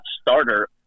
starter